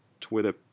Twitter